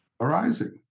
arising